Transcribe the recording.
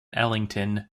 ellington